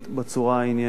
בצורה העניינית.